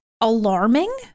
alarming